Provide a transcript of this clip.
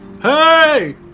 Hey